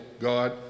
God